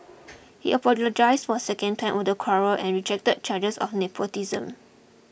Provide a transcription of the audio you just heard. he apologised for a second time over the quarrel and rejected charges of nepotism